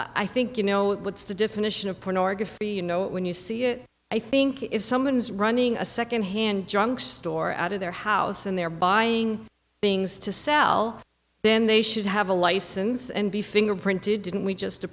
i think you know what's the definition of pornography you know when you see it i think if someone is running a secondhand junk store out of their house and they're buying things to sell then they should have a license and be fingerprinted didn't we just to